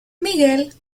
miguel